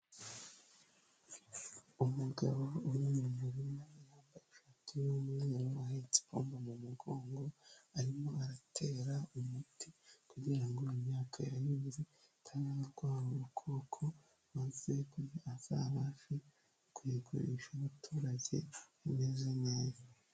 Umugabo uri mu murima yambaye ishati y'umweru ahetse ipombo mu mugongo arimo aratera umuti kugira ngo imyaka ye yeze itazarwara ubukoko maze azabashe kuyigurisha umuturage imeze neza.